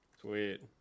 Sweet